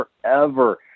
forever